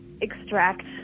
extract